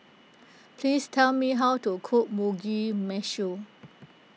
please tell me how to cook Mugi Meshi